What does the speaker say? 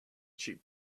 cheap